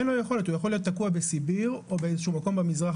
הוא יוכל להיות תקוע בסיביר או במקום במזרח